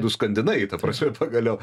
nuskandinai prasme pagaliau